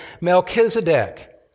Melchizedek